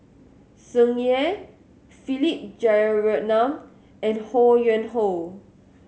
Tsung Yeh Philip Jeyaretnam and Ho Yuen Hoe